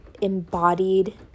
embodied